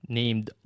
named